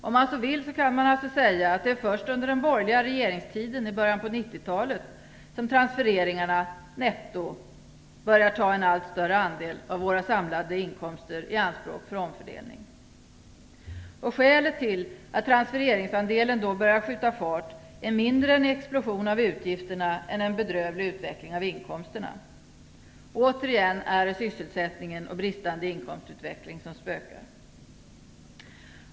Om man så vill kan man säga att det är under den borgerliga regeringstiden i början av 90-talet som transfereringarna netto börjar ta en allt större andel av våra samlade inkomster i anspråk för omfördelningen. Skälet till att transfereringsandelen börjat skjuta fart är mindre en explosion av utgifterna än en bedrövlig utveckling av inkomsterna. Återigen är det sysselsättningen och bristande inkomstutveckling som spökar.